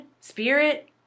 spirit